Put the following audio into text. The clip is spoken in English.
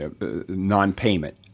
non-payment